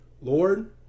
Lord